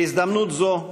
בהזדמנות זו,